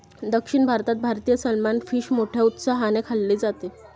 दक्षिण भारतात भारतीय सलमान फिश मोठ्या उत्साहाने खाल्ले जाते